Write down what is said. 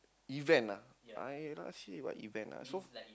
event ah I last year what event ah so